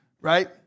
right